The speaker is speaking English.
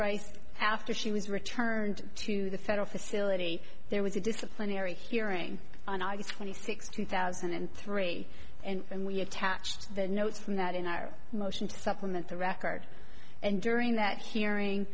right after she was returned to the federal facility there was a disciplinary hearing on august twenty sixth two thousand and three and we attached the notes from that in our motion to supplement the record and during that hearing